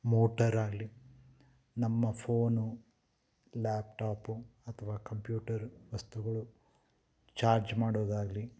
ಮೋಟರಾಗಲಿ ನಮ್ಮ phone laptop ಅಥವಾ computer ವಸ್ತುಗಳು ಚಾರ್ಜ್ ಮಾಡೋದಾಗಲಿ